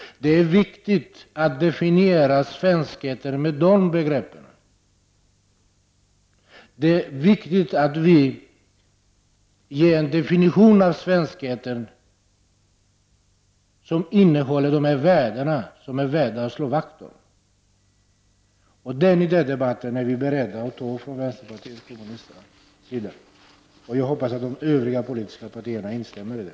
Det är viktigt att definiera svenskheten med de begreppen. Det är viktigt att vi ger en definition av svenskheten som innehåller dessa värden, det som det är värt att slå vakt om. Den idédebatten är vi från vänsterpartiet kommunisterna beredda att ta, och jag hoppas att de övriga politiska partierna instämmer i det.